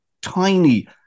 tiny